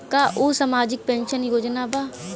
का उ सामाजिक पेंशन योजना बा?